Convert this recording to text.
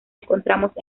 encontramos